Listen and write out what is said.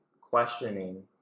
questioning